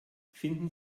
finden